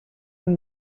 and